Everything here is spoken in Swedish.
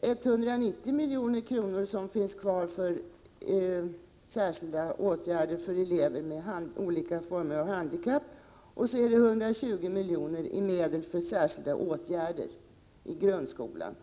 190 milj.kr. finns kvar för särskilda åtgärder för elever med olika former av handikapp, och 120 milj.kr. finns som medel för särskilda åtgärder i grundskolan.